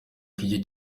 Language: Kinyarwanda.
iki